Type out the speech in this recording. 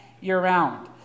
year-round